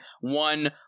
one